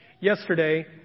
Yesterday